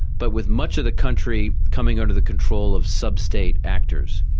but with much of the country coming under the control of substate actors.